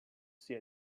see